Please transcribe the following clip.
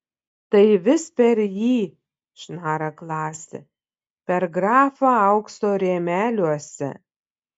tai vis per jį šnara klasė per grafą aukso rėmeliuose